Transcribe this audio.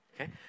Okay